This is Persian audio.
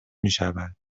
میشود